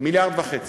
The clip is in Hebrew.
1.5 מיליארד.